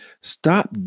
Stop